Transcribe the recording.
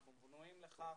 אנחנו בנויים לכך.